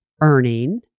earning